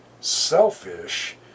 selfish